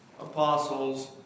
apostles